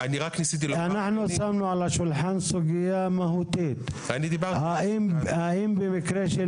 שמנו על השולחן סוגיה מהותית האם במקרה של